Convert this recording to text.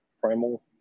Primal